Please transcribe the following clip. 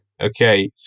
Okay